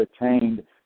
attained